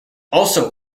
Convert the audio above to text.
also